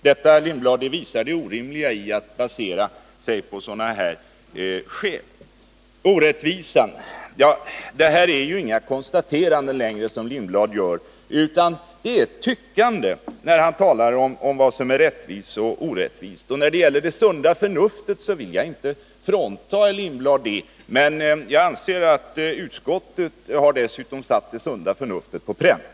Detta visar det orimliga i sådana skäl. När det gäller orättviseargumentet är det inte längre några konstateranden som Hans Lindblad gör. Han ger bara uttryck för tyckande när han talar om vad som är rättvist och vad som är orättvist. Jag vill inte frånkänna Hans Lindblad sunt förnuft, men jag anser att utskottet har satt det sunda förnuftet på pränt.